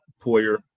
Poyer